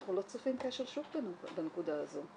אנחנו לא צריכים כשל שוק בנקודה הזו.